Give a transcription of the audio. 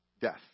death